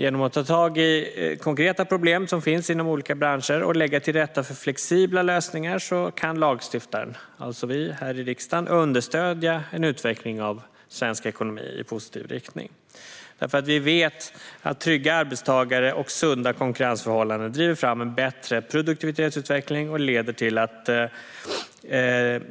Genom att ta tag i konkreta problem som finns inom olika branscher och lägga till rätta för flexibla lösningar kan lagstiftaren, det vill säga vi här i riksdagen, understödja en utveckling av svensk ekonomi i positiv riktning. Vi vet nämligen att trygga arbetstagare och sunda konkurrensförhållanden driver fram en bättre produktivitetsutveckling och leder till att